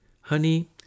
Honey